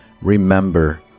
Remember